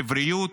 לבריאות,